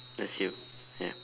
that's you ya